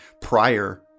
prior